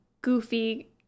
goofy